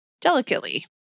delicately